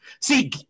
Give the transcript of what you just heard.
See